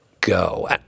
go